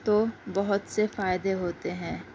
تو بہت سے فائدے ہوتے ہیں